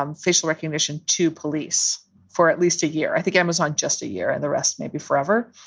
um facial recognition to police for at least a year. i think amazon just a year and the rest maybe forever.